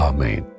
Amen